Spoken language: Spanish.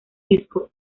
disco